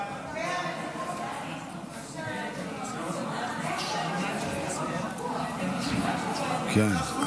ההצעה להעביר את הצעת חוק משפחות חיילים